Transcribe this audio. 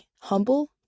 humble